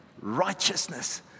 righteousness